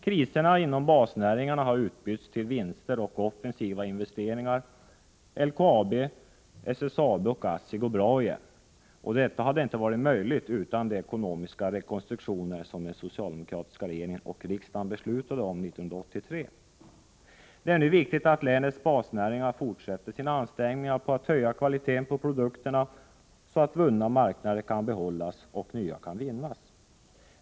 Kriserna inom basnäringarna har utbytts till vinster och offensiva investeringar. LKAB SSAB och ASSI går bra igen. Detta hade inte varit möjligt utan de ekonomiska rekonstruktioner som den socialdemokratiska regeringen och riksdagen beslutade om 1983. Det är nu viktigt att länets basnäringar fortsätter sina ansträngningar på att höja kvaliteten på produkterna, så att vunna marknader kan behållas och nya vinnas.